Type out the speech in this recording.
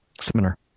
seminar